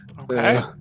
okay